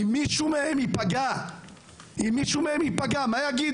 אם מישהו מהם ייפגע מה יגידו?